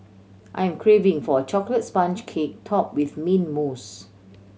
I am craving for a chocolate sponge cake top with mint mousse